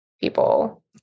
people